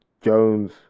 Jones